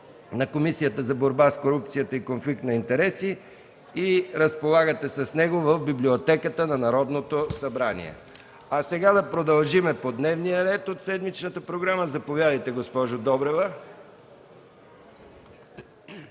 на Комисията за борба с корупцията и конфликт на интереси. Разполагате с него в Библиотеката на Народното събрание. Сега продължаваме по дневния ред от седмичната програма. Заповядайте, госпожо Добрева.